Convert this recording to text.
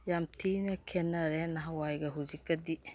ꯌꯥꯝ ꯊꯤꯅ ꯈꯦꯅꯔꯦ ꯅꯍꯥꯟꯋꯥꯏꯒ ꯍꯧꯖꯤꯛꯀꯗꯤ